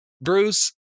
Bruce